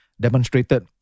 Demonstrated